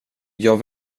jag